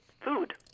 food